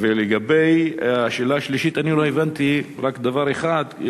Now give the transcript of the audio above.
ולגבי השאלה השלישית, אני לא הבנתי רק דבר אחד.